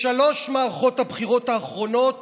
בשלוש מערכות הבחירות האחרונות